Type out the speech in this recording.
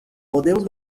podemos